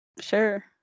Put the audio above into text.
Sure